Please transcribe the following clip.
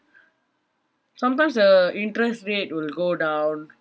sometimes the interest rate will go down